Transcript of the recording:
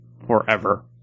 Forever